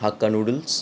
হাক্কা noodles